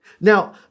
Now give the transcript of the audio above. Now